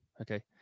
Okay